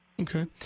Okay